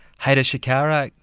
hayder shkara,